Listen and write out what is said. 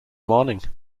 morning